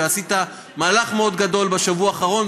ועשית מהלך מאוד גדול בשבוע האחרון,